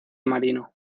marino